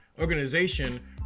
organization